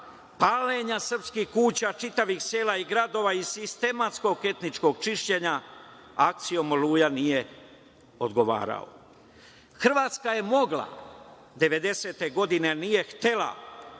paljenja srpskih kuća, čitavih sela i gradova i sistematskog etničkog čišćenja akcijom „Oluja“ nije odgovarao. Hrvatska je mogla devedesete godine,